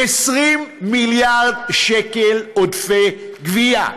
20 מיליארד שקל עודפי גבייה.